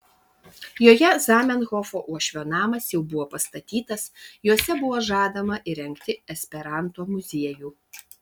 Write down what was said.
joje zamenhofo uošvio namas jau buvo pastatytas juose buvo žadama įrengti esperanto muziejų